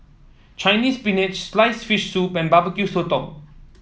Chinese Spinach sliced fish soup and Barbecue Sotong